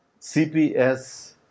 CPS